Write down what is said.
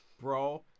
bro